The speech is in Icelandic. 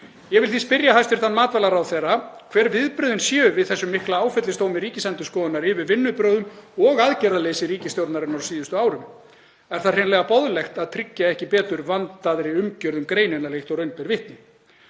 Ég vil því spyrja hæstv. matvælaráðherra hver viðbrögðin séu við þessum mikla áfellisdómi Ríkisendurskoðunar yfir vinnubrögðum og aðgerðaleysi ríkisstjórnarinnar á síðustu árum. Er það hreinlega boðlegt að tryggja ekki betur vandaðri umgjörð um greinina en raun ber vitni?